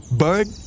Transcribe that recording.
bird